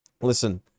Listen